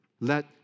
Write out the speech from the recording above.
let